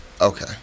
Okay